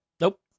nope